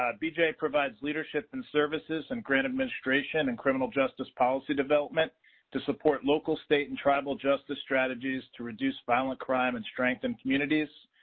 ah bja provides leadership and services and grant administration and criminal justice policy development to support local state and tribal justice strategies to reduce violent crime and strengthen communities.